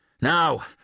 Now